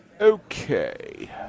Okay